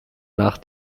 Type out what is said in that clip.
nach